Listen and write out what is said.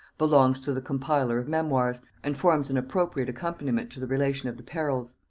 belongs to the compiler of memoirs, and forms an appropriate accompaniment to the relation of the perils,